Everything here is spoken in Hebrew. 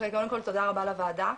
קודם כל תודה רבה לוועדה,